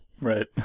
Right